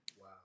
Wow